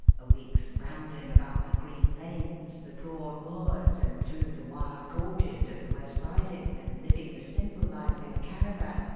a week's rambling about the green lanes, the broad moors, and through the wild gorges of the west riding, and living the simple life in a caravan,